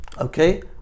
Okay